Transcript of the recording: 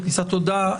תודה.